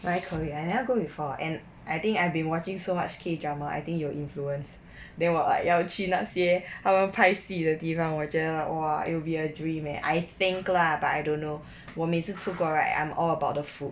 why korea I never go before and I think I have been watching so much K drama I think you will influence then 我 like 要去那些 他们拍戏的地方我觉得 !wah! it will be a dream man I think lah but I don't know 我每次出国 right I'm all about the food